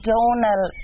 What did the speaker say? Donal